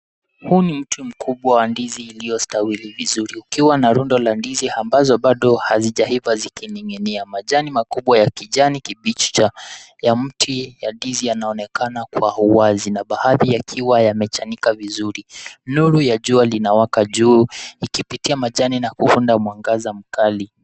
Huu ni mti mkubwa wa ndizi iliyostawili vizuri, ukiwa na rundo la ndizi ambazo bado hazijaiva zikining'inia. Majani makubwa ya kijani kibichi ya mti ya ndizi yanaonekana kwa uwazi na baadhi yakiwa yamechanika vizuri. Nuru ya jua linawaka juu ikipitia majani na kuunda mwangaza mkali.